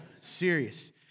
Serious